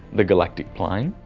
the galactic plane,